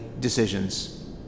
decisions